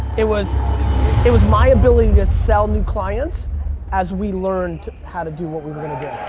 it was it was my ability to sell new clients as we learned how to do what we were going to